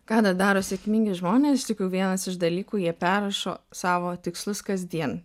ką dar daro sėkmingi žmonės iš tikrų vienas iš dalykų jie perrašo savo tikslus kasdien